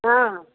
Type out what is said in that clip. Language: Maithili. हँ